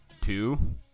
Two